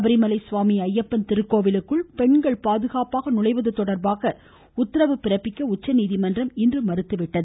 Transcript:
சமரிமலை சுவாமி ஐயப்பன் திருக்கோவிலுக்குள் பெண்கள் பாதுகாப்பாக நுழைவது தொடர்பாக உத்தரவு பிறப்பிக்க உச்சநீதிமன்றம் இன்று மறுத்துவிட்டது